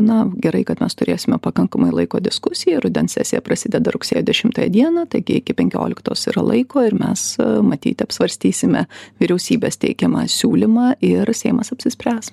na gerai kad mes turėsime pakankamai laiko diskusijai rudens sesija prasideda rugsėjo dešimtąją dieną taigi iki penkioliktos yra laiko ir mes matyt apsvarstysime vyriausybės teikiamą siūlymą ir seimas apsispręs